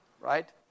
right